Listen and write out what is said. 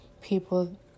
people